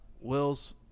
Will's